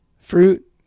fruit